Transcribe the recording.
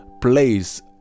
place